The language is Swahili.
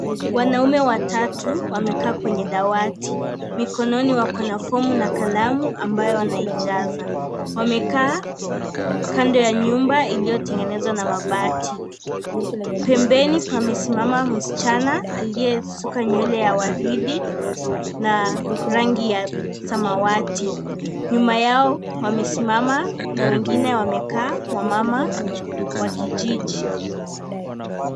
Wanaume watatu wamekaa kwenye dawati. Mikononi wako na fomu na kalamu ambayo wanaijaza. Wamekaa kando ya nyumba iliyo tengenezwa na mabati. Pembeni pamesimama msichana aliyesuka nywele ya waridi na rangi ya samawati. Nyuma yao wamesimama na wengine wamekaa wamama wa kijiji.